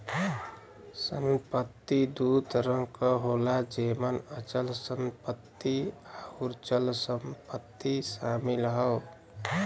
संपत्ति दू तरह क होला जेमन अचल संपत्ति आउर चल संपत्ति शामिल हौ